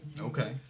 Okay